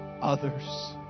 others